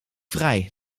vrij